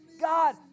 God